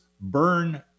burn